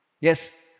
Yes